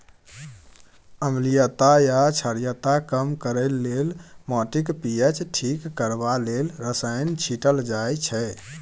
अम्लीयता या क्षारीयता कम करय लेल, माटिक पी.एच ठीक करबा लेल रसायन छीटल जाइ छै